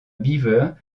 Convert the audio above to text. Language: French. beaver